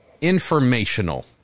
Informational